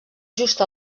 just